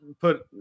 put